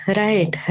right